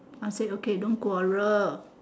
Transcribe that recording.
I said okay don't quarrel